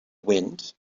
wind